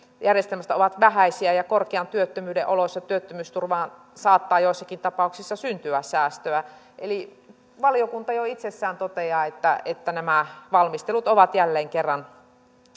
ovat vähäisiä ja korkean työttömyyden oloissa työttömyysturvaan saattaa joissakin tapauksissa syntyä säästöä eli valiokunta jo itsessään toteaa että että nämä valmistelut ovat jälleen kerran